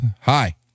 Hi